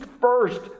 first